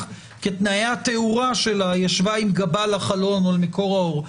כי תנאי התאורה שלה ישבה עם גבה אל החלון או אל מקור האור.